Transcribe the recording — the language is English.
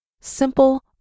Simple